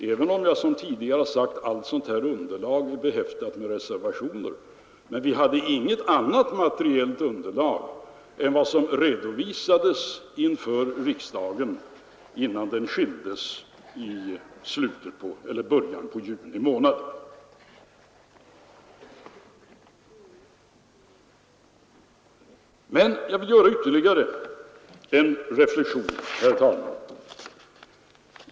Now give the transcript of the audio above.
Även om allt sådant här underlag som vi tidigare sagt är behäftat med reservationer, så hade vi inget annat materiellt underlag än vad som redovisades inför riksdagen innan den skildes i början av juni månad. Jag vill göra ytterligare en reflexion, herr talman.